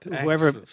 Whoever